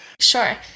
Sure